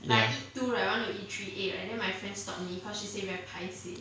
ya